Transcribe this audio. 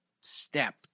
step